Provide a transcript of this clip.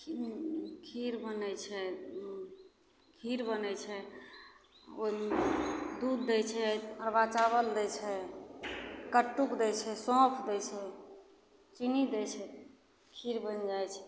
खीर बनै छै खीर बनै छै ओहिमे दूध दै छै अरबा चावल दै छै कटुक दै छै सोँफ दै छै चिन्नी दै छै खीर बनि जाइ छै